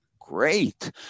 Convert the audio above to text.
great